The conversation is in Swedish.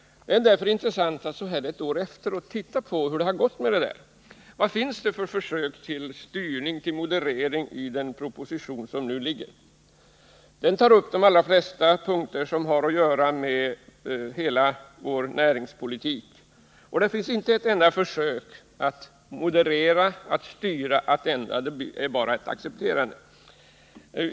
Det är därför intressant att så här ett år efteråt titta på hur det har gått med detta. Vad finns det för försök till styrning och moderering i den proposition som nu föreligger? Den tar upp de allra flesta punkterna i näringspolitiken, men det finns inte ett enda försök att moderera, styra eller ändra — det är bara ett accepterande.